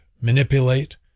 manipulate